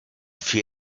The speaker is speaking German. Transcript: für